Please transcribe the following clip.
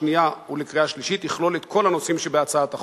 שנייה ולקריאה שלישית יכלול את כל הנושאים שבהצעת החוק,